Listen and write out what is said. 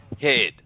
head